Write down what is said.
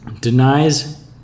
Denies